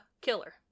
killer